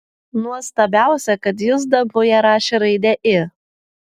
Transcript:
nuostabiausia kad jis danguje rašė raidę i